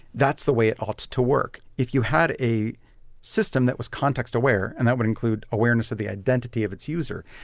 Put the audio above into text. that's the way it ought to work. if you had a system that was context-aware and that would include awareness of the identity of its user,